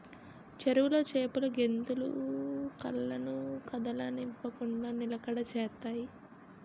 చెరువులో చేపలు గెంతులు కళ్ళను కదలనివ్వకుండ నిలకడ చేత్తాయి